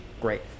Great